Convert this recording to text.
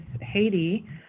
haiti